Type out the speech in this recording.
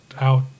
out